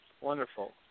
Wonderful